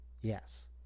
Yes